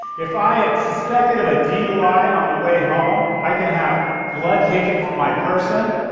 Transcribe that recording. if i am suspected of a dui on the way home, i can have blood taken from my person.